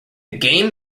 game